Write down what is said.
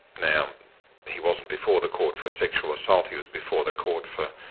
now he wasn't before the court for a sexual assault, he was before the court for,